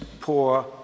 poor